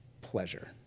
pleasure